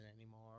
anymore